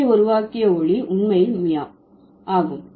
பூனை உருவாக்கிய ஒலி உண்மையில் மியாவ் ஆகும்